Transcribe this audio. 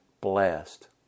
blessed